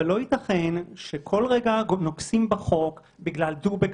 אבל לא יתכן שכל רגע נוגסים בחוק בגלל "דובק"